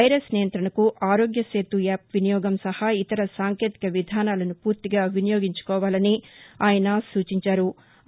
virus నియంతణకు Aarogya Setu app వినియోగం సహా ఇతర సాంకేతిక విధానాలసు పూర్తిగా వినియోగించుకోవాలని ఆయన సూచించారు